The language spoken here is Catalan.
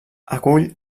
acull